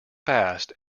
fast